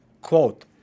quote